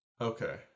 okay